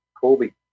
Colby